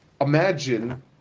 imagine